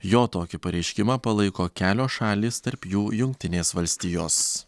jo tokį pareiškimą palaiko kelios šalys tarp jų jungtinės valstijos